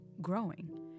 growing